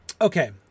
Okay